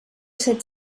set